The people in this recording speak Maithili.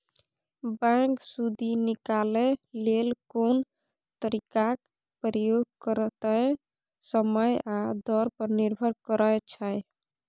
बैंक सुदि निकालय लेल कोन तरीकाक प्रयोग करतै समय आ दर पर निर्भर करै छै